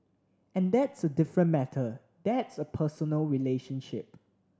and that's a different matter that's a personal relationship